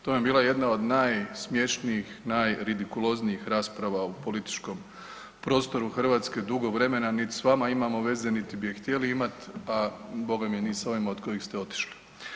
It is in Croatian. To vam je bila jedna od najsmješnijih, najridikuloznijih rasprava u političkom prostoru Hrvatske dugo vremena, nit s vama imamo veze niti bi je htjeli imat a bogami ni sa ovima od kojih ste otišli.